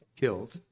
killed